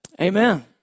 Amen